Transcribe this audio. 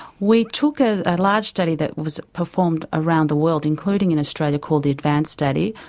we took a large study that was performed around the world including in australia called the advance study.